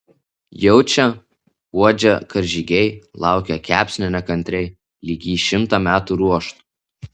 jaučia uodžia karžygiai laukia kepsnio nekantriai lyg jį šimtą metų ruoštų